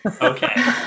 okay